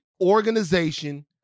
organization